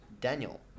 Daniel